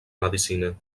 medicina